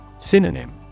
Synonym